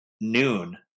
noon